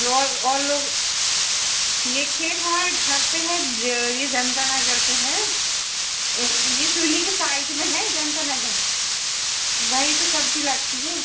lower और लोग ये खेत हमारे घर पे हैं ये जनता नगर पे हैं ये उन्हीं के साइट में है जनता नगर वहीं पे सब्जी लगती है